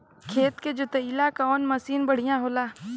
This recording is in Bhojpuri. खेत के जोतईला कवन मसीन बढ़ियां होला?